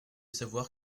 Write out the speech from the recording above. savoir